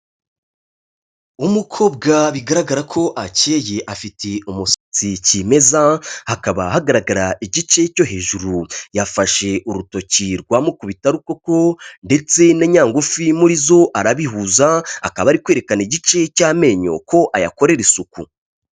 Umukobwa bigaragara ko akeye afite umusatsi kimeza hakaba hagaragara igice cyo hejuru, yafashe urutoki rwamukubita rukoko ndetse na nyagufi muri zo arabihuza, akaba ari kwerekana igice cy'amenyo ko ayakorera isuku.